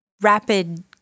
Rapid